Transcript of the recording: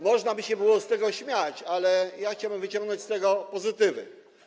Można by się z tego śmiać, ale chciałbym wyciągnąć z tego pozytywy.